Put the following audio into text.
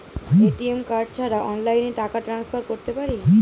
ATM card ছাড়া অনলাইনে টাকা টান্সফার করতে পারি?